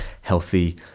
healthy